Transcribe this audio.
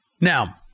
Now